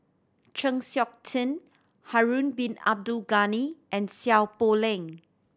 Chng Seok Tin Harun Bin Abdul Ghani and Seow Poh Leng